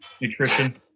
nutrition